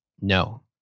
No